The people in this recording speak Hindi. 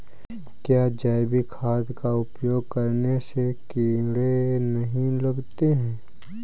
क्या जैविक खाद का उपयोग करने से कीड़े नहीं लगते हैं?